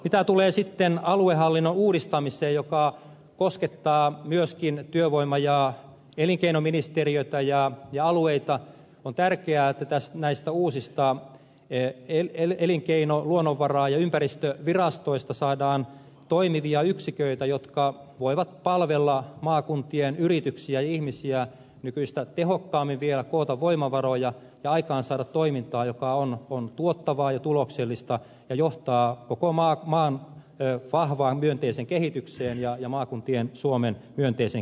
mitä tulee sitten aluehallinnon uudistamiseen joka koskettaa myöskin työvoima ja elinkeinoministeriötä ja alueita on tärkeää että näistä uusista elinkeino luonnonvara ja ympäristövirastoista saadaan toimivia yksiköitä jotka voivat palvella maakuntien yrityksiä ja ihmisiä nykyistä tehokkaammin vielä koota voimavaroja ja aikaansaada toimintaa joka on tuottavaa ja tuloksellista ja johtaa koko maan vahvaan myönteiseen kehitykseen ja maakuntien suomen myönteiseen kehitykseen